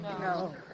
No